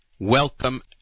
Welcome